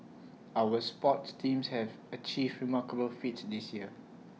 our sports teams have achieved remarkable feats this year